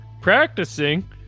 Practicing